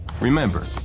Remember